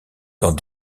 dans